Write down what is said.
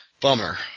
Bummer